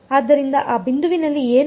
ಆದ್ದರಿಂದ ಆ ಬಿಂದುವಿನಲ್ಲಿ ಏನಾಗುತ್ತದೆ